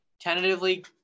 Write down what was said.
tentatively